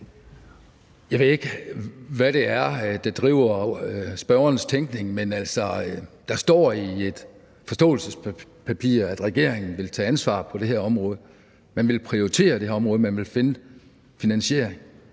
Jeg ved ikke, hvad det er, der driver spørgerens tænkning, men der står i et forståelsespapir, at regeringen vil tage ansvar på det her område. Man vil prioritere det her område, og man vil finde en finansiering.